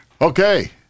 Okay